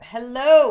Hello